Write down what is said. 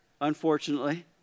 unfortunately